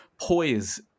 poise